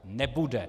Nebude!